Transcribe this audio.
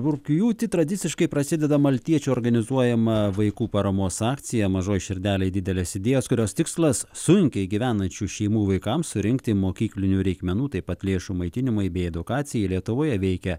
rugpjūtį tradiciškai prasideda maltiečių organizuojama vaikų paramos akcija mažoj širdelėje didelės idėjos kurios tikslas sunkiai gyvenančių šeimų vaikams surinkti mokyklinių reikmenų taip pat lėšų maitinimui bei edukacijai lietuvoje veikia